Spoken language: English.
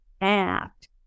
act